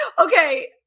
Okay